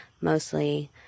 mostly